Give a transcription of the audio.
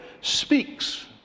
speaks